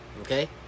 Okay